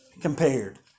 compared